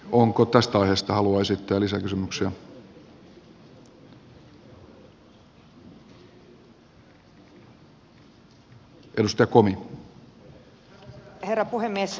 onko tästä aiheesta haluaisit olisi arvoisa herra puhemies